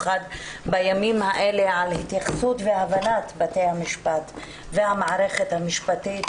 על התייחסות והבנת בתי המשפט והמערכת המשפטית